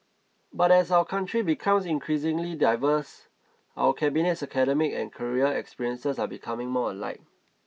but as our country becomes increasingly diverse our cabinet's academic and career experiences are becoming more alike